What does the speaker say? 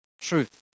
truth